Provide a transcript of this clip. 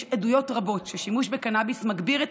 יש עדויות רבות ששימוש בקנביס מגביר את